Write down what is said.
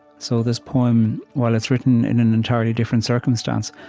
so this poem, while it's written in an entirely different circumstance,